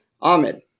Ahmed